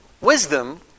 Wisdom